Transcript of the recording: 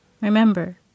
Remember